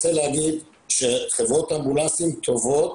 חברות אמבולנסים טובות,